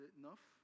enough